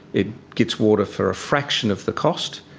it gets water for a fraction of the cost,